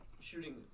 shooting